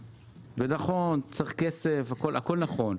נכון, צריך כסף והכול נכון.